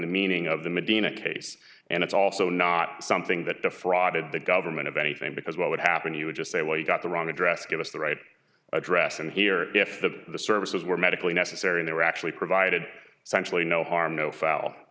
the meaning of the medina case and it's also not something that defrauded the government of anything because what would happen you would just say well you got the wrong address give us the right address and here if the services were medically necessary they were actually provided so actually no harm no foul